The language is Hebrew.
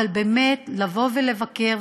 אבל לבוא ולבקר,